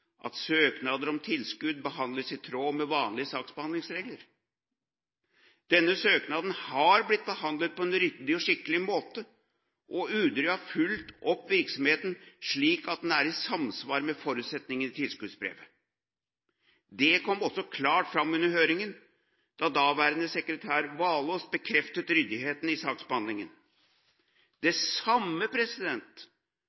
at søknader om tilskudd behandles i tråd med vanlige saksbehandlingsregler. Denne søknaden har blitt behandlet på en ryddig og skikkelig måte, og UD har fulgt opp virksomheten, slik at den er i samsvar med forutsetningene i tilskuddsbrevet. Det kom også klart fram under høringen da daværende sekretær Walaas bekreftet ryddigheten i saksbehandlingen.